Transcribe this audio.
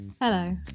Hello